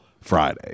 Friday